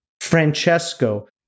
Francesco